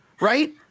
right